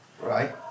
Right